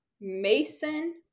Mason